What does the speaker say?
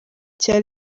cya